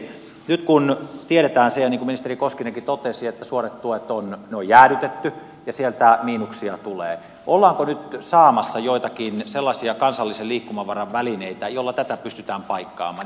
nyt kun tiedetään se ja niin kuin ministeri koskinenkin totesi että suorat tuet on jäädytetty ja sieltä miinuksia tulee ollaanko nyt saamassa joitakin sellaisia kansallisen liikkumavaran välineitä joilla tätä pystytään paikkaamaan